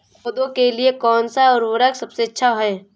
पौधों के लिए कौन सा उर्वरक सबसे अच्छा है?